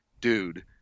dude